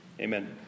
amen